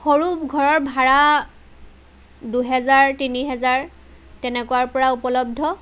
সৰু ঘৰৰ ভাড়া দুহেজাৰ তিনিহেজাৰ তেনেকুৱাৰ পৰা উপলব্ধ